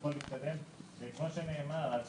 כמו שאמרו